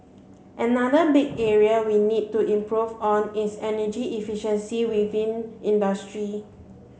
another big area we need to improve on is energy efficiency within industry